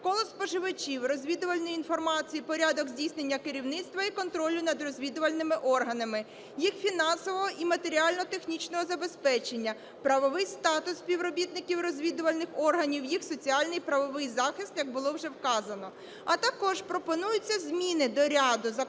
коло споживачів розвідувальної інформації, порядок здійснення керівництва і контролю над розвідувальними органами, їх фінансового і матеріально-технічного забезпечення, правовий статус співробітників розвідувальних органів, їх соціальних правовий захист, як було вже вказано. А також пропонуються зміни до ряду законодавчих